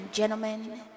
Gentlemen